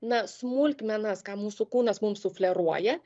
na smulkmenas ką mūsų kūnas mum sufleruoja